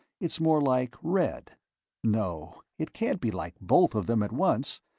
it's more like red no, it can't be like both of them at once,